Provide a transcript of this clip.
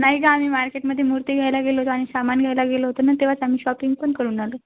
नाही गं आम्ही मार्केटमध्ये मूर्ती घ्यायला गेलो होतो आणि सामान घ्यायला गेलो होतो ना तेव्हाच आम्ही शॉपिंग पण करून आलो